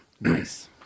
Nice